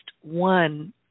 one